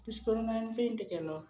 तिश करून हांवें पेंट केलो